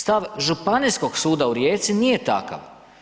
Stav Županijskog suda u Rijeci nije takav.